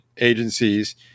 agencies